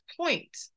point